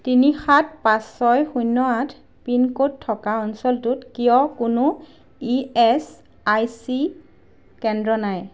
তিনি সাত পাঁচ ছয় শূন্য আঠ পিন ক'ড থকা অঞ্চলটোত কিয় কোনো ই এচ আই চি কেন্দ্র নাই